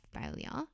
failure